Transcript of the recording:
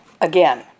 again